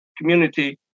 community